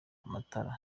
amatara